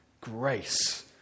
Grace